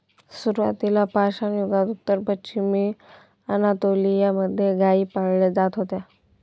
सुरुवातीला पाषाणयुगात उत्तर पश्चिमी अनातोलिया मध्ये गाई पाळल्या जात होत्या